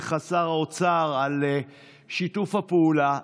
מבקש להודות לך, שר האוצר, על שיתוף הפעולה.